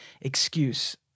excuse